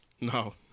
no